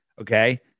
Okay